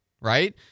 right